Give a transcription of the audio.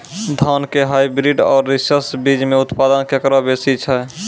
धान के हाईब्रीड और रिसर्च बीज मे उत्पादन केकरो बेसी छै?